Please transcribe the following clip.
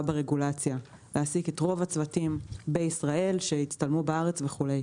ברגולציה להעסיק את רוב הצוותים בישראל כדי שיצטלמו וכולי.